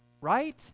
right